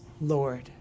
Lord